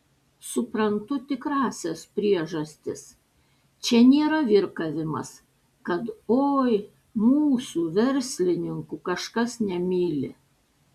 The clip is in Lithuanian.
suprantu tikrąsias priežastis čia nėra virkavimas kad oi mūsų verslininkų kažkas nemyli